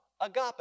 Agape